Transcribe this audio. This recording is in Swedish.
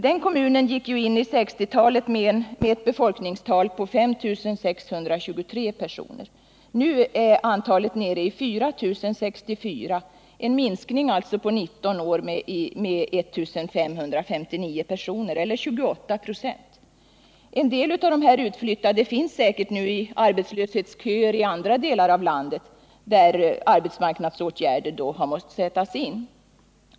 Den kommunen gick in i 1960-talet med ett befolkningstal på 5623 personer. Nu är antalet nere i 4 064, alltså en minskning på 19 år med 1 559 personer eller 28 96. En del av dessa utflyttade finns säkert nu i arbetslöshetsköer i andra delar av landet, där arbetsmarknadsåtgärder har måst sättas in.